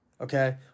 okay